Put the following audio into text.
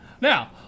Now